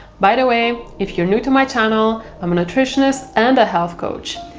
by the way, if you're new to my channel, i'm a nutritionist and a health coach,